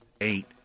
eight